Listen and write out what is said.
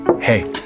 hey